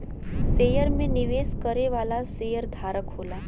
share में निवेश करे वाला शेयरधारक होला